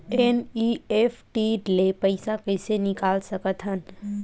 NEFT ले पईसा कइसे निकाल सकत हन?